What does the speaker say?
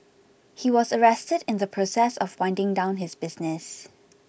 he was arrested in the process of winding down his business